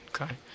Okay